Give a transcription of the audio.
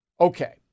Okay